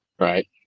Right